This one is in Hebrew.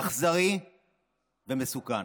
אכזרי ומסוכן.